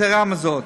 יתרה מזאת,